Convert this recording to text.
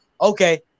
okay